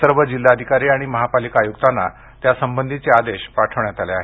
सर्व जिल्हाधिकारी आणि महापालिका आयुक्तांना त्यासंबंधीचे आदेश पाठवण्यात आले आहेत